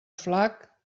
flac